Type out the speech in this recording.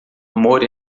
amor